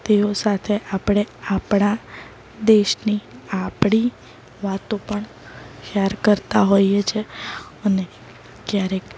તેઓ સાથે આપણે આપણા દેશની આપણી વાતો પણ સેર કરતાં હોઈએ છે અને ક્યારેક